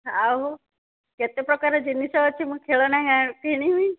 ଆଉ କେତେ ପ୍ରକାର ଜିନିଷ ଅଛି ମୁଁ ଖେଳନା କିଣିବି